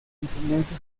enseñanza